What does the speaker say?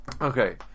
Okay